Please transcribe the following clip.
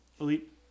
Elite